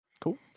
Cool